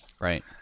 Right